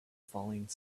falling